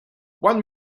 one